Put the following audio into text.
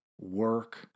work